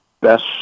best